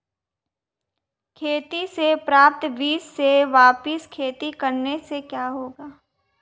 खेती से प्राप्त बीज से वापिस खेती करने से क्या होगा?